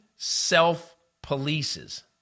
self-polices